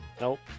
Nope